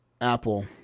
Apple